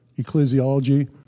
ecclesiology